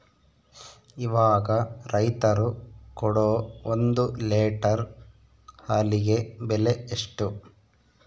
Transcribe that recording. ಇವಾಗ ರೈತರು ಕೊಡೊ ಒಂದು ಲೇಟರ್ ಹಾಲಿಗೆ ಬೆಲೆ ಎಷ್ಟು?